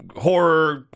horror